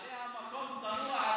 עאידה, ממלא המקום צנוע.